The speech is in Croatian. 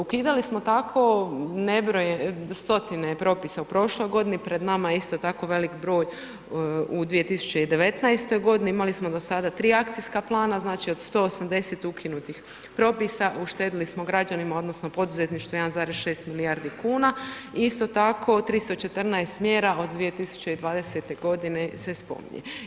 Ukidali smo tako nebrojene, stotine propisa u prošloj godini, pred nama je isto tako veliki broj u 2019. godini, imali smo do sada tri akcijska plana, znači od 180 ukinutih propisa uštedili smo građanima odnosno poduzetništvu 1,6 milijardi kuna, i isto tako 314 mjera od 2020. godine se spominje.